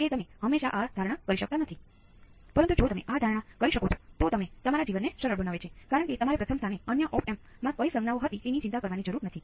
તેથી દાખલા તરીકે આપણે આ સર્કિટ નથી